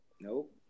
Nope